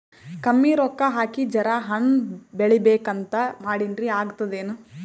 ಕಮ್ಮಿ ರೊಕ್ಕ ಹಾಕಿ ಜರಾ ಹಣ್ ಬೆಳಿಬೇಕಂತ ಮಾಡಿನ್ರಿ, ಆಗ್ತದೇನ?